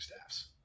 staffs